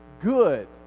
good